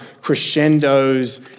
crescendos